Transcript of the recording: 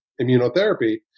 immunotherapy